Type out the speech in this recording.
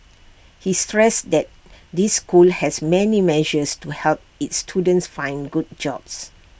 he stressed that this school has many measures to help its students find good jobs